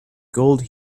gold